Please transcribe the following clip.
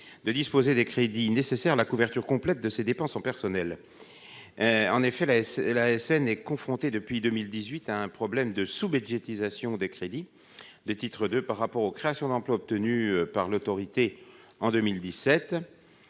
de disposer des crédits nécessaires la couverture complète de ses dépenses en personnel, en effet, l'AS et l'ASN est confronté depuis 2018 à un problème de sous-budgétisation des crédits des titres de par rapport aux créations d'emplois obtenus par l'autorité en 2017